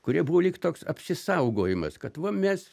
kurie buvo lyg toks apsisaugojimas kad va mes